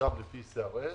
גם לפי CRS,